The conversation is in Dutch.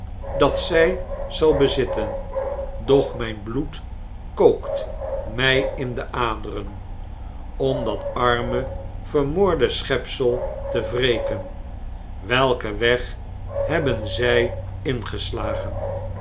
dat zij zal bezitten doch mijn bloed kookt mij in de aderen om dat arme vermoorde schepsel te wreken welken weg hebben zij ingeslagen